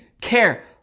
care